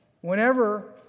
Whenever